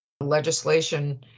legislation